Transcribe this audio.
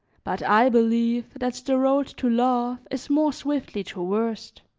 but i believe that the road to love is more swiftly traversed.